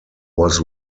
was